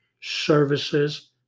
services